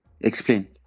explain